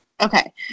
Okay